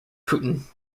putin